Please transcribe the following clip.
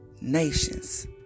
nations